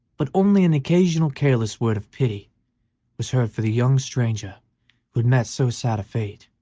but only an occasional careless word of pity was heard for the young stranger who had met so sad a fate.